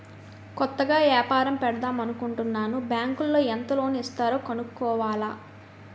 కొత్తగా ఏపారం పెడదామనుకుంటన్నాను బ్యాంకులో ఎంత లోను ఇస్తారో కనుక్కోవాల